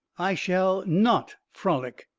i shall not frolic.